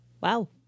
Wow